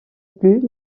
plus